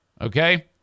Okay